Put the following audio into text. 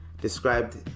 described